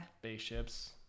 spaceships